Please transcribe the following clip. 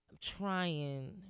trying